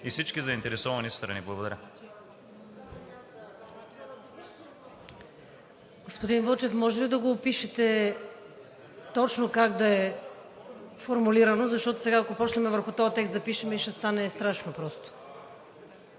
и всички заинтересовани страни. Благодаря.